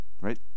right